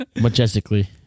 Majestically